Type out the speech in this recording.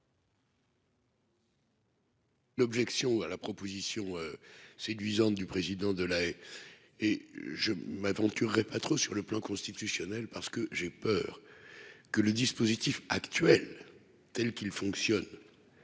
L'objection à la proposition séduisante du président de la et je ne m'aventurerai pas trop sur le plan constitutionnel parce que j'ai peur que le dispositif actuelle, tels qu'ils fonctionnent